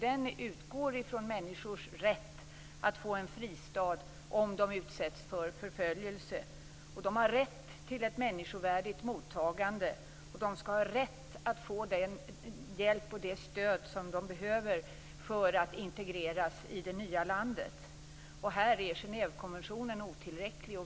Den utgår från människors rätt att få en fristad om de utsätts för förföljelse. De har rätt till ett människovärdigt mottagande, och de skall ha rätt att få den hjälp och det stöd de behöver för att integreras i det nya landet. Här är Genèvekonventionen otillräcklig.